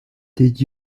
did